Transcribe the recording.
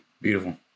Beautiful